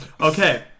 Okay